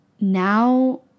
now